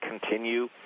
continue